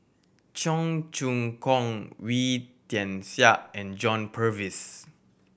Cheong Choong Kong Wee Tian Siak and John Purvis